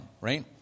right